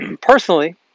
Personally